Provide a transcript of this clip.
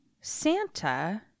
santa